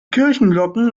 kirchenglocken